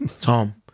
Tom